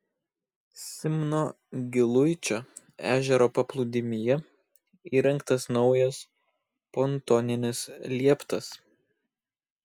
simno giluičio ežero paplūdimyje įrengtas naujas pontoninis lieptas